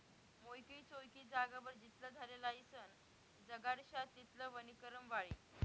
मोकयी चोकयी जागावर जितला झाडे लायीसन जगाडश्यात तितलं वनीकरण वाढी